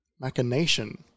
Machination